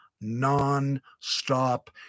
non-stop